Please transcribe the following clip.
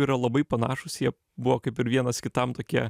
yra labai panašūs jie buvo kaip ir vienas kitam tokie